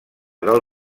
del